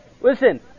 Listen